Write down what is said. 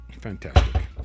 fantastic